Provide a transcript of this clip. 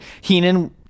Heenan